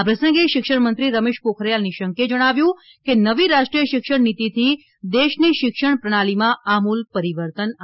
આ પ્રસંગે શિક્ષણમંત્રી રમેશ પોખરીયાલ નિશંકે જણાવ્યું હતું કે નવી રાષ્ટ્રીય શિક્ષાનિતીથી દેશની શિક્ષણ પ્રણાલીમાં આમૂલ પરિવર્તન આવશે